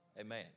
Amen